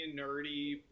nerdy